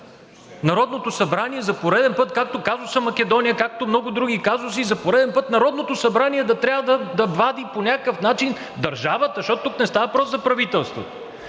Народното събрание за пореден път, както казуса Македония, както много други казуси за пореден път Народното събрание да трябва да вади по някакъв начин държавата, защото тук не става въпрос за правителството.